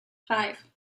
five